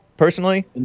Personally